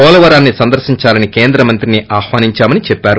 పోలవరాన్ని సందర్పించాలని కేంద్ర మంత్రిని ఆహ్వానించామని చెప్పారు